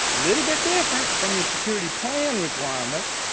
little bit different from your security plan requirements,